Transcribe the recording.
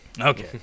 okay